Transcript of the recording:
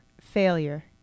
failure